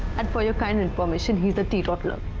and for your kind information, he is a teetotaler.